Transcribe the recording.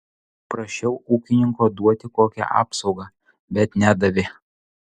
prašiau ūkininko duoti kokią apsaugą bet nedavė